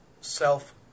self